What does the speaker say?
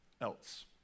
else